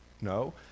No